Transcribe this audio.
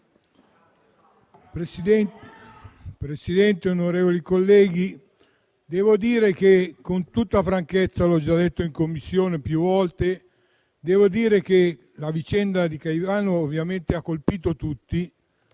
Presidente, onorevoli colleghi, devo dire con tutta franchezza, come ho già detto in Commissione più volte, che la vicenda di Caivano ovviamente ha colpito tutti,